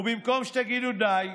ובמקום שתגידו די,